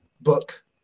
book